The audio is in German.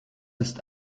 ist